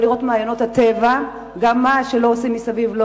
לא לראות מעיינות בטבע וגם מה שלא שעושים מסביב,